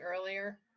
earlier